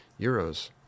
euros